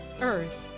earth